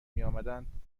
میآمدند